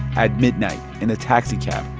at midnight in a taxicab,